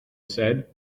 said